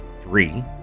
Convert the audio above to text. Three